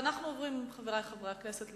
חברי חברי הכנסת,